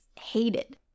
hated